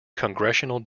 congressional